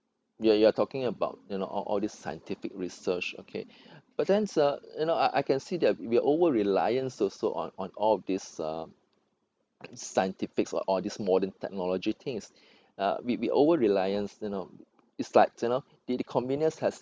you are you are talking about you know all all this scientific research okay but then uh you know I I can see that we are over reliant also on on all of this uh scientific or all these modern technology things uh we we over reliance you know it's like you know the the convenience has